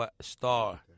star